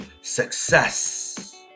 success